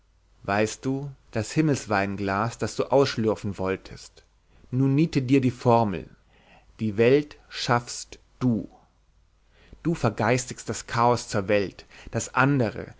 weißt du das himmelsweinglas das du ausschlürfen wolltest nun niete dir die formel die welt schaffst du du vergeistigst das chaos zur welt das andere